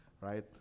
right